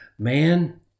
Man